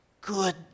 good